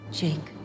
jake